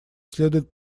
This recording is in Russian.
следует